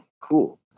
cool